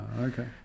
Okay